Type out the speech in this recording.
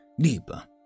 deeper